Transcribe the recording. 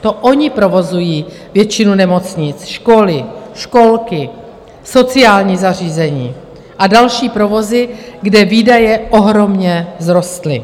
To ony provozují většinu nemocnic, školy, školky, sociální zařízení a další provozy, kde výdaje ohromně vzrostly.